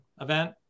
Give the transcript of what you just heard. event